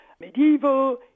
medieval